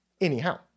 Anyhow